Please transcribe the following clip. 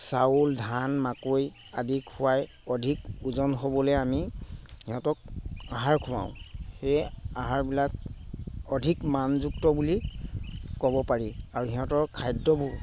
চাউল ধান মাকৈ আদি খুৱাই অধিক ওজন হ'বলে আমি সিহঁতক আহাৰ খুৱাওঁ সেই আহাৰবিলাক অধিক মানযুক্ত বুলি ক'ব পাৰি আৰু সিহঁতৰ খাদ্যবোৰ